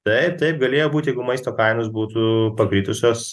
taip taip galėjo būt jeigu maisto kainos būtų pakritusios